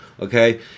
okay